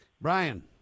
Brian